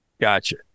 gotcha